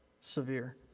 severe